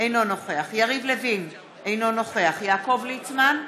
אינו נוכח יריב לוין, אינו נוכח יעקב ליצמן,